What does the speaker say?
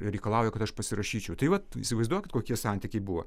reikalauja kad aš pasirašyčiau tai vat įsivaizduok kokie santykiai buvo